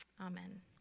Amen